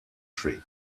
tree